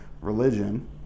religion